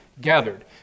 gathered